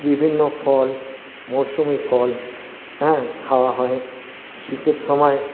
বিভিন্ন ফল মরসুমি ফল হ্যাঁ খাওয়া হয় শীতের সময়